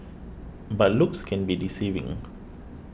but looks can be deceiving